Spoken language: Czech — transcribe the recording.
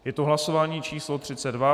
Je to hlasování číslo 32.